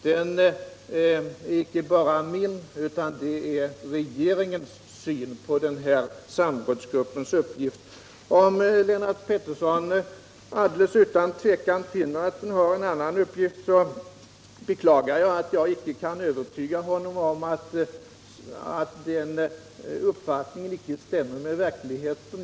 Det är inte bara min utan regeringens syn på samrådsgruppens uppgift. Om Lennart Pettersson utan minsta tvivel finner att samrådsgruppen har en annan uppgift beklagar jag att jag inte kan övertyga honom om att den uppfattningen inte stämmer med verkligheten.